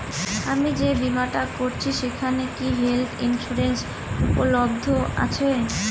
আমি যে বীমাটা করছি সেইখানে কি হেল্থ ইন্সুরেন্স উপলব্ধ আছে?